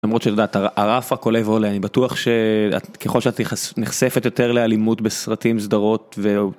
למרות שאת יודעת, הרף רק עולה ועולה, אני בטוח שככל שאת נחשפת יותר לאלימות בסרטים סדרות ו...